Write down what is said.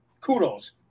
kudos